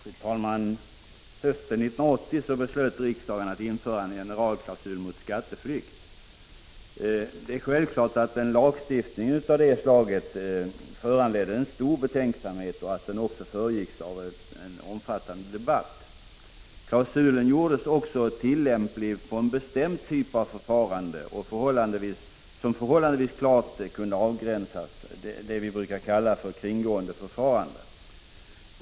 Fru talman! Hösten 1980 beslöt riksdagen att införa en generalklausul mot skatteflykt. Det är självklart att en lagstiftning av det slaget föranledde stor betänksamhet och att den föregicks av en omfattande debatt. Klausulen 49 gjordes också tillämplig på en bestämd typ av förfarande som förhållandevis klart kunde avgränsas — det vi brukar kalla för kringgåendeförfarande.